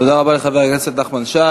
תודה רבה לחבר הכנסת נחמן שי.